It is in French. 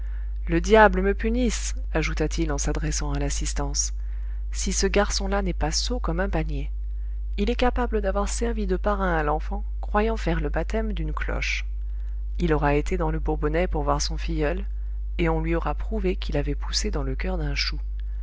le diable me punisse ajoute-t-il en s'adressant à l'assistance si ce garçon-là n'est pas sot comme un panier il est capable d'avoir servi de parrain à l'enfant croyant faire le baptême d'une cloche il aura été dans le bourbonnais pour voir son filleul et on lui aura prouvé qu'il avait poussé dans le coeur d'un chou